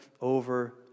over